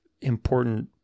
important